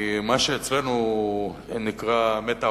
כי מה שאצלנו נקרא מת העולם,